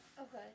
Okay